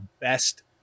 best